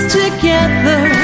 together